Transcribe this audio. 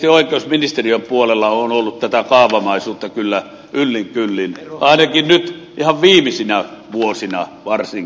erityisesti oikeusministeriön puolella on ollut tätä kaavamaisuutta kyllä yllin kyllin ainakin nyt ihan viimeisinä vuosina varsinkin